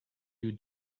you